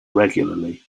regularly